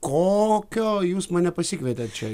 kokio jūs mane pasikvietėt čia